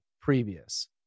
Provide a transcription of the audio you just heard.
previous